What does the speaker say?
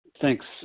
Thanks